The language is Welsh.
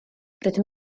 rydym